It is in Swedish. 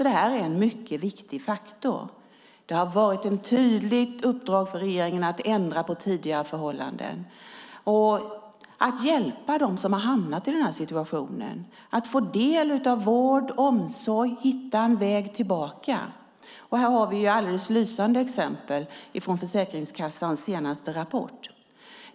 Detta är alltså en mycket viktig faktor. Det har varit ett tydligt uppdrag för regeringen att ändra på tidigare förhållanden och att hjälpa dem som har hamnat i denna situation att få del av vård och omsorg och hitta en väg tillbaka. Här har vi alldeles lysande exempel från Försäkringskassans senaste rapport.